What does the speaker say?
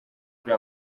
kuri